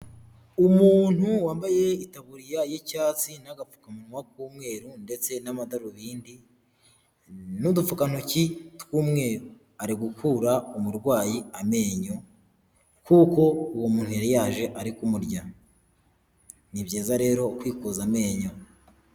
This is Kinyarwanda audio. Umuntu wambaye itaburiya y'icyatsi n'agapfukamunwa k'umweru ndetse n'amadarubindi n'udupfukantoki tw'umweru, ari gukura umurwayi amenyo kuko uwo muntu yari yaje ari kumurya, ni byiza rero kwikuza amenyo.